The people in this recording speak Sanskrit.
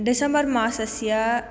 डिसम्बर् मासस्य